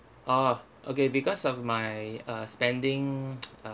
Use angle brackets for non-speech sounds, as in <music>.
oh okay because of my uh spending <noise> uh